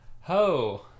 Ho